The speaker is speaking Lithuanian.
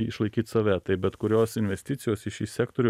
išlaikyt save tai bet kurios investicijos į šį sektorių